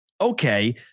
Okay